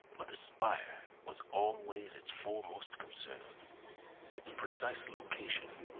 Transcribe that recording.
but the spire was always its foremost concern its precise location.